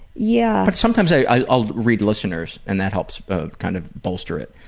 yeah. but sometimes i'll read listeners' and that helps ah kind of bolster it.